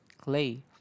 clay